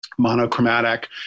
monochromatic